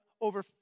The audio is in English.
over